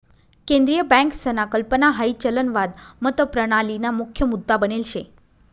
केंद्रीय बँकसना कल्पना हाई चलनवाद मतप्रणालीना मुख्य मुद्दा बनेल शे